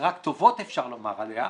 שרק טובות אפשר לומר עליה,